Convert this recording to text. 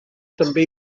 també